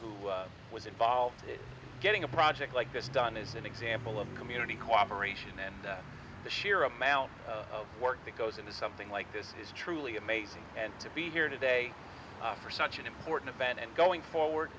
who was involved getting a project like this done is an example of community cooperation and the sheer amount of work that goes into something like this it is truly amazing and to be here today for such an important event and going forward